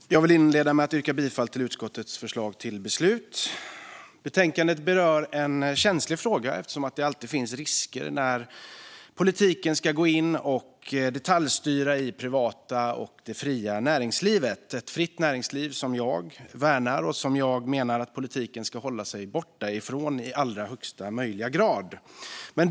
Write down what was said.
Fru talman! Jag vill inleda med att yrka bifall till utskottets förslag till beslut. Betänkandet berör en känslig fråga, för det finns alltid risker när politiken ska gå in och detaljstyra det privata och fria näringslivet. Jag värnar ett fritt näringsliv och menar att politiken i allra högsta möjliga grad ska hålla sig borta från det.